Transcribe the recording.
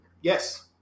Yes